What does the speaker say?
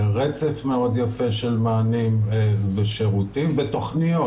רצף מאוד יפה של מענים ושירותים ותוכניות,